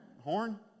horn